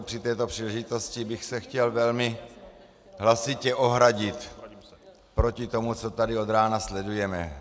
Při této příležitosti bych se chtěl velmi hlasitě ohradit proti tomu, co tady od rána sledujeme.